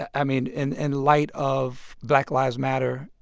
i mean, in and light of black lives matter,